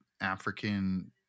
African